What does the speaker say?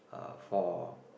uh for